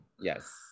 Yes